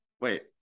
Wait